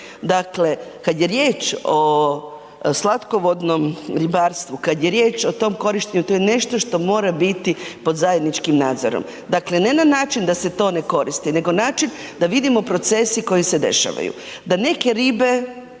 Dakle kad je riječ o slatkovodnom ribarstvu, kad je riječ o tom korištenju, to je nešto što mora biti pod zajedničkim nadzorom, dakle ne na način da se to ne koristi, nego način da vidimo procesi koji se dešavaju,